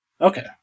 Okay